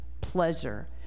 pleasure